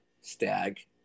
Stag